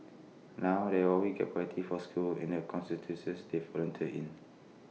now they always get priority for schools in the constituencies they volunteer in